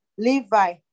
Levi